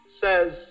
says